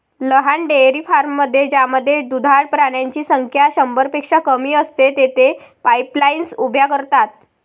लहान डेअरी फार्ममध्ये ज्यामध्ये दुधाळ प्राण्यांची संख्या शंभरपेक्षा कमी असते, तेथे पाईपलाईन्स उभ्या करतात